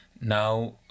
now